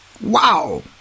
Wow